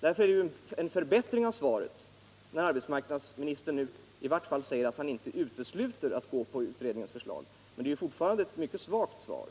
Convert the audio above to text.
Det är en förbättring av svaret när arbetsmarknadsministern nu i varje fall säger att han inte utesluter möjligheten att följa sysselsättningsutredningens förslag. Men det är fortfarande ett mycket svagt svar.